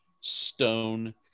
stone